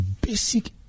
basic